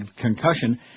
concussion